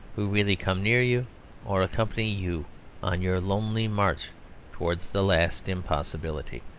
who really come near you or accompany you on your lonely march towards the last impossibility.